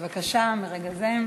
בבקשה, מרגע זה.